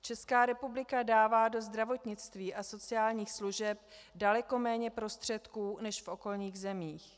Česká republika dává do zdravotnictví a sociálních služeb daleko méně prostředků než v okolních zemích.